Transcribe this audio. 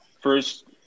First